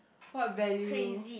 what value